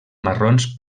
marrons